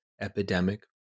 epidemic